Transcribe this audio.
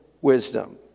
wisdom